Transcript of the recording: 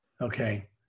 Okay